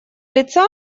лица